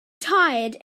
tired